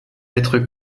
être